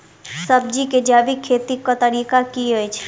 सब्जी केँ जैविक खेती कऽ तरीका की अछि?